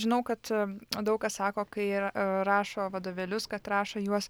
žinau kad daug kas sako kai yra rašo vadovėlius kad rašo juos